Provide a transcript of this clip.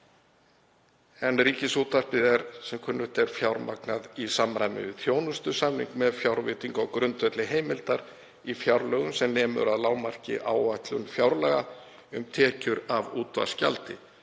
en það er, sem kunnugt er, fjármagnað í samræmi við þjónustusamning, með fjárveitingu á grundvelli heimildar í fjárlögum sem nemur að lágmarki áætlun fjárlaga um tekjur af útvarpsgjaldi.